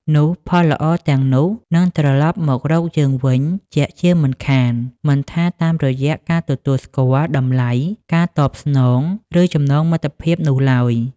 នោះផលល្អទាំងនោះនឹងត្រឡប់មករកយើងវិញជាក់ជាមិនខាន មិនថាតាមរយៈការទទួលស្គាល់ តម្លៃ ការតបស្នង ឬចំណងមិត្តភាពនោះឡើយ។